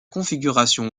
configuration